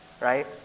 right